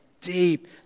deep